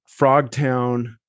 Frogtown